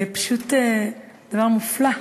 זה פשוט דבר מופלא,